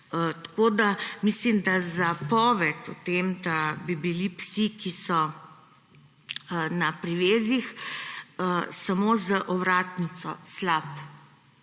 Mislim, da je zapoved o tem, da bi bili psi, ki so na privezih, samo z ovratnico, slaba